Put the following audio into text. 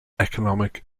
economic